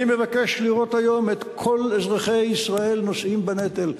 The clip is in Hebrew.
אני מבקש לראות היום את כל אזרחי ישראל נושאים בנטל,